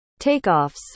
Takeoffs